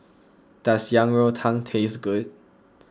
does Yang Rou Tang taste good